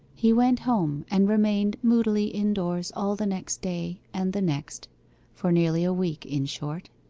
he went home and remained moodily indoors all the next day and the next for nearly a week, in short.